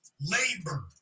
labor